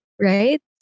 right